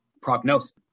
prognosis